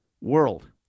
world